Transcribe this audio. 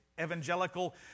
evangelical